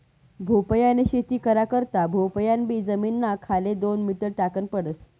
भोपयानी शेती करा करता भोपयान बी जमीनना खाले दोन मीटर टाकन पडस